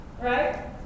Right